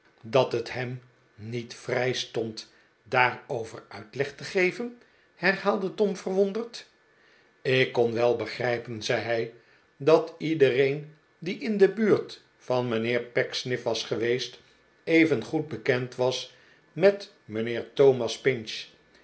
dat het hem niet vrijstond daarover uitleg te geven herhaalde tom verwonderd ik kon wel begrijpen zei hij dat iedereen die in de buurt van mijnheer pecksniff was geweest evengoed bekend was met mijnheer thomas pinch